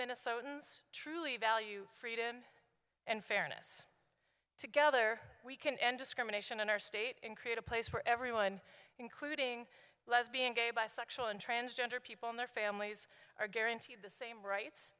minnesotans truly value freedom and fairness together we can end discrimination in our state and create a place for everyone including lesbian gay bisexual and transgender people and their families are guaranteed the same rights